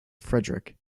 frederick